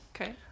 Okay